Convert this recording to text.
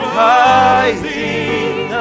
rising